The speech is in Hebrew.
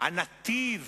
הנתיב